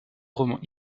romans